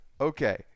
Okay